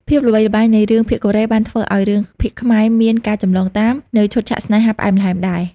ភាពល្បីល្បាញនៃរឿងភាគកូរ៉េបានធ្វើឱ្យរឿងភាគខ្មែរមាន ការចម្លងតាម នូវឈុតឆាកស្នេហាផ្អែមល្ហែមដែរ។